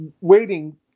waiting